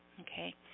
Okay